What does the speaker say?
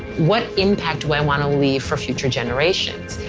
what impact do i want to leave for future generations?